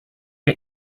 get